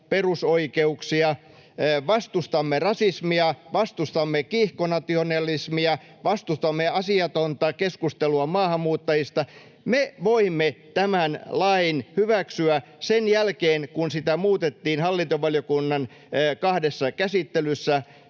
perusoikeuksia, vastustamme rasismia, vastustamme kiihkonationalismia, vastustamme asiatonta keskustelua maahanmuuttajista, voimme tämän lain hyväksyä sen jälkeen, kun sitä muutettiin hallintovaliokunnan kahdessa käsittelyssä